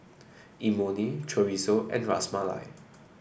Imoni Chorizo and Ras Malai